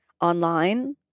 online